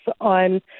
on